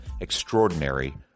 extraordinary